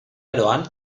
aroan